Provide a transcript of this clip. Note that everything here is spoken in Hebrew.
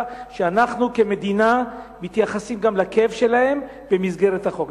שאנחנו כמדינה מתייחסים גם לכאב שלהם במסגרת החוק.